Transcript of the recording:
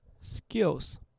skills